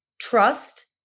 trust